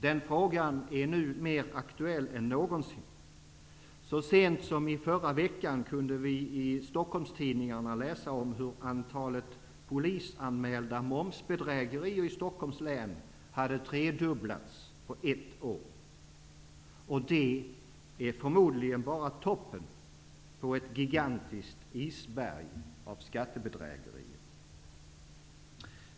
Den frågan är nu mer aktuell än någonsin. Så sent som i förra veckan kunde vi i Stockholmstidningarna läsa om hur antalet polisanmälda momsbedrägerier i Stockholms län hade tredubblats på ett år, och detta är förmodligen bara toppen på ett gigantiskt isberg av skattebedrägerier.